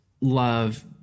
love